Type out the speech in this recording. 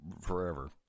forever